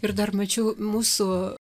ir dar mačiau mūsų